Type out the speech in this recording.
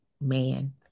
man